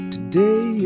Today